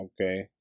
Okay